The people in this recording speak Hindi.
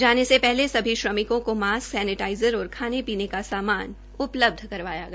जाने से पहले अभी श्रमिकों को मास्क सैनेटाइज़र और खाने पीने का सामान उपलब्ध करवाया गया